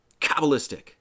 Kabbalistic